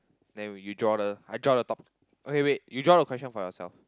then we you draw the I draw the top okay wait you draw the question for yourself